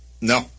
no